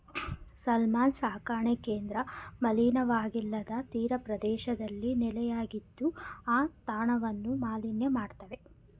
salmon ಸಾಕಣೆ ಕೇಂದ್ರ ಮಲಿನವಾಗಿಲ್ಲದ ತೀರಪ್ರದೇಶದಲ್ಲಿ ನೆಲೆಯಾಗಿದ್ದು ಆ ತಾಣವನ್ನು ಮಾಲಿನ್ಯ ಮಾಡ್ತವೆ